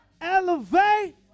Elevate